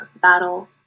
battle